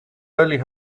early